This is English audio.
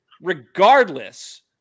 regardless